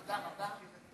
תם סדר-היום.